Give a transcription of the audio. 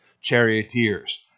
charioteers